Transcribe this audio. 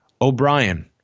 O'Brien